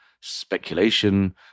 speculation